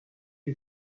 who